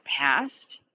past